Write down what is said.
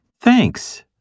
Thanks